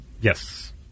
Yes